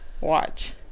watch